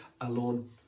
alone